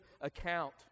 account